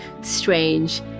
strange